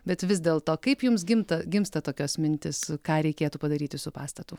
bet vis dėlto kaip jums gimta gimsta tokios mintys ką reikėtų padaryti su pastatu